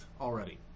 already